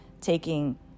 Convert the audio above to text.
taking